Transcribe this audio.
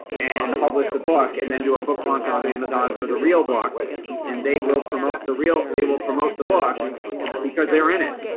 and publish the book and then do a book launch on amazon for the real book and they will promote the real they will promote the book because they are in it.